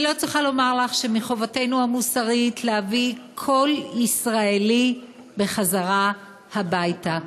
אני לא צריכה לומר לך שמחובתנו המוסרית להביא כל ישראלי בחזרה הביתה,